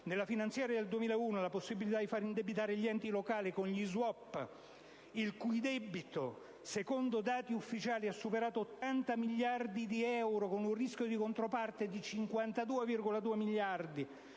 nella finanziaria del 2001 la possibilità di far indebitare gli enti locali con gli *swap*, il cui debito - secondo dati ufficiali - ha superato 80 miliardi di euro, con un rischio di controporte di 52,2 miliardi